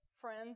friend's